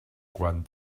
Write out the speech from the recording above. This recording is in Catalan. quan